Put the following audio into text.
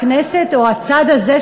הכנסת או הצד הזה,